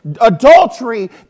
adultery